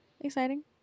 exciting